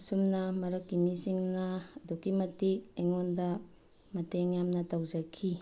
ꯑꯁꯨꯝꯅ ꯃꯔꯛꯀꯤ ꯃꯤꯁꯤꯡꯅ ꯑꯗꯨꯛꯀꯤ ꯃꯇꯤꯛ ꯑꯩꯉꯣꯟꯗ ꯃꯇꯦꯡ ꯌꯥꯝꯅ ꯇꯧꯖꯈꯤ